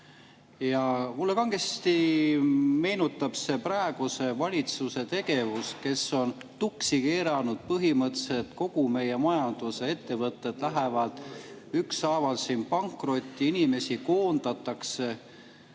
see kangesti praeguse valitsuse tegevust, kes on tuksi keeranud põhimõtteliselt kogu meie majanduse: ettevõtted lähevad ükshaaval pankrotti, inimesi koondatakse.